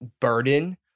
burden